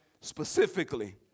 specifically